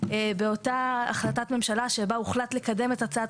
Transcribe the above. באותה החלטת ממשלה שבה הוחלט לקדם את הצעת